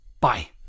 Bye